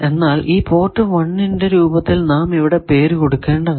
എന്നാൽ ഈ പോർട്ട് 1 ന്റെ രൂപത്തിൽ നാം ഇവിടെ പേര് കൊടുക്കേണ്ടതാണ്